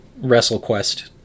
WrestleQuest